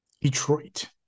Detroit